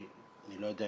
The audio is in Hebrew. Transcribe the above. אני לא יודע,